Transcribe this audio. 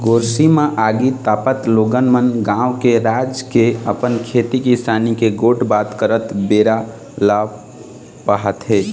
गोरसी म आगी तापत लोगन मन गाँव के, राज के, अपन खेती किसानी के गोठ बात करत बेरा ल पहाथे